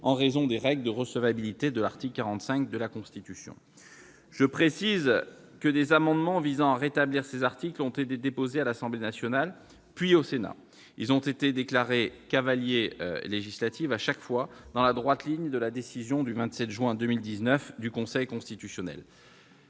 en raison des règles de recevabilité de l'article 45 de la Constitution. Je précise que des amendements visant à rétablir ces articles ont été déposés à l'Assemblée nationale, puis au Sénat. Ils ont été déclarés « cavaliers législatifs » à chaque fois, dans la droite ligne de la décision du 27 juin 2019 du Conseil constitutionnel.